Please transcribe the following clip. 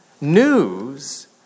News